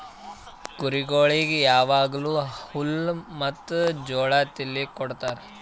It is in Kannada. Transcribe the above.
ಕುರಿಗೊಳಿಗ್ ಯಾವಾಗ್ಲೂ ಹುಲ್ಲ ಮತ್ತ್ ಜೋಳ ತಿನುಕ್ ಕೊಡ್ತಾರ